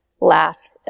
laugh